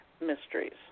Mysteries